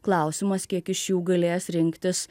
klausimas kiek iš jų galės rinktis